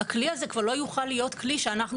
הכלי הזה כבר לא יוכל להיות כלי שאנחנו